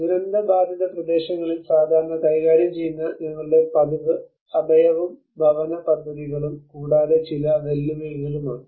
ദുരന്തബാധിത പ്രദേശങ്ങളിൽ സാധാരണ കൈകാര്യം ചെയ്യുന്ന ഞങ്ങളുടെ പതിവ് അഭയവും ഭവന പദ്ധതികളും കൂടാതെ ചില വെല്ലുവിളികളാണ് ഇവ